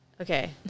Okay